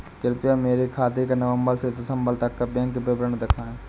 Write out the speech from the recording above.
कृपया मेरे खाते का नवम्बर से दिसम्बर तक का बैंक विवरण दिखाएं?